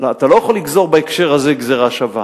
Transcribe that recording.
אתה לא יכול בהקשר הזה לגזור גזירה שווה.